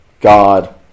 God